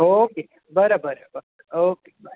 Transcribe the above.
okay बरं बरं बरं ओके बाय